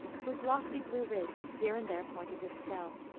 whose lofty blue ridge is here and there pointed with snow.